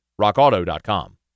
RockAuto.com